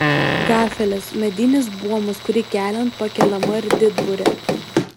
gafelis medinis buomas kurį keliant pakeliama ir didburė